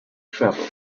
travel